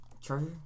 charger